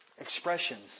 expressions